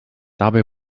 dabei